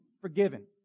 Forgiven